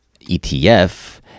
ETF